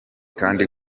kandi